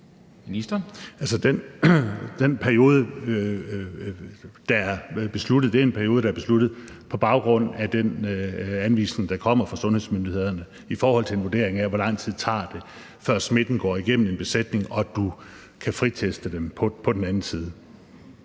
besluttet, er blevet besluttet på baggrund af den anvisning, der kommer fra sundhedsmyndighederne, og det er i forhold til en vurdering af, hvor lang tid det tager, før smitten går igennem en besætning, og til du kan friteste dem på den anden side.